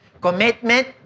Commitment